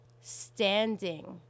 Standing